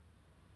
mm